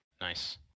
Nice